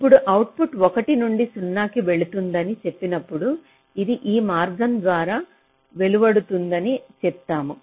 ఇప్పుడు అవుట్పుట్ 1 నుండి 0 కి వెళుతుందని చెప్పినప్పుడు అది ఈ మార్గం ద్వారా విడుదలవుతుందని చెప్తాము